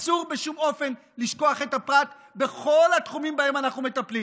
אסור בשום אופן לשכוח את הפרט בכל התחומים שבהם אנחנו מטפלים